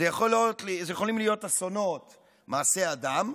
אלה יכולים להיות אסונות מעשי אדם,